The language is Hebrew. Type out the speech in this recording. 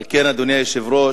על כן, אדוני היושב-ראש,